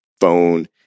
phone